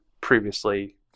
previously